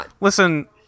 Listen